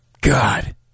God